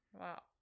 Wow